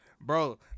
Bro